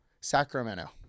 Sacramento